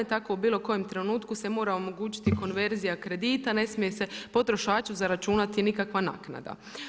Tako u bilo kojem trenutku se mora omogućiti konverzija kredita, ne smije se potrošaču zaračunati nikakva naknada.